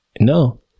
No